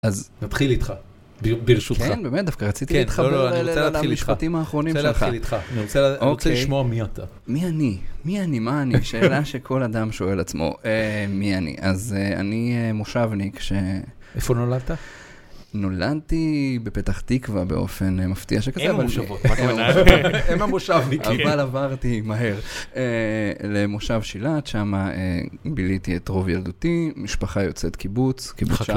אז... נתחיל איתך. ברשותך. כן, באמת, דווקא רציתי להתחבר למשפטים האחרונים שלך. אני רוצה להתחיל איתך. אני רוצה לשמוע מי אתה. מי אני? מי אני? מה אני? זו שאלה שכל אדם שואל עצמו. מי אני? אז אני מושבניק, ש... איפה נולדת? נולדתי בפתח תקווה באופן מפתיע שכזה, אבל... אם המושבות, בטח. אם המושבניקים. אבל עברתי, די מהר. למושב שילת, שם ביליתי את רוב ילדותי, משפחה יוצאת קיבוץ, קיבוץ...